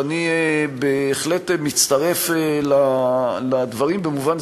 שאני מצטרף לדברים במובן,